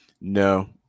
No